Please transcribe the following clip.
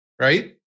Right